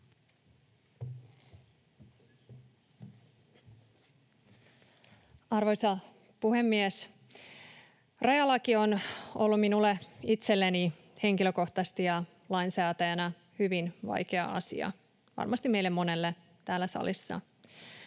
Arvoisa puhemies! Rajalaki on ollut minulle itselleni henkilökohtaisesti ja lainsäätäjänä hyvin vaikea asia — varmasti meille monelle täällä salissa.